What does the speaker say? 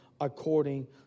according